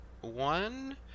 one